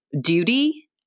duty